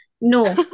No